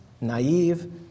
naive